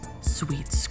Sweet